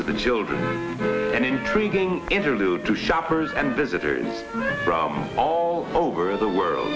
to the children and intriguing interlude to shoppers and visitors from all over the world